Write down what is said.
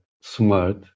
smart